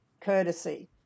courtesy